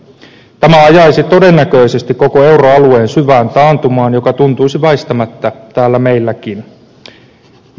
tämä ajaisi todennäköisesti koko euroalueen syvään taantumaan joka tuntuisi väistämättä täällä meilläkin